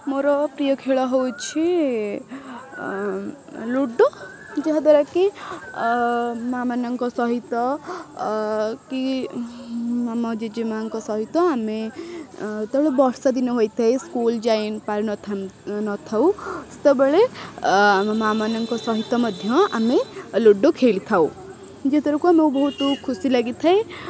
ମୋର ପ୍ରିୟ ଖେଳ ହେଉଛି ଲୁଡ଼ୁ ଯାହାଦ୍ୱାରା କି ମା ମାନଙ୍କ ସହିତ କି ମାମା ଜେଜେ ମା ଙ୍କ ସହିତ ଆମେ ତେଣୁ ବର୍ଷା ଦିନ ହୋଇଥାଏ ସ୍କୁଲ ଯାଇ ପାରୁ ନଥାଉ ସେତେବେଳେ ଆମ ମା ମାନଙ୍କ ସହିତ ମଧ୍ୟ ଆମେ ଲୁଡୁ ଖେଳିଥାଉ ମୁଁ ବହୁତ ଖୁସି ଲାଗିଥାଏ